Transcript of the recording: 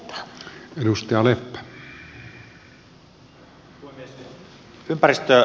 herra puhemies